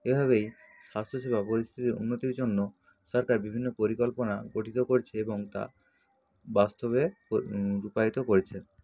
এভাবেই স্বাস্থ্য সেবা পরিস্থিতির উন্নতির জন্য সরকার বিভিন্ন পরিকল্পনা গঠিত করছে এবং তা বাস্তবে রূপায়িত করেছে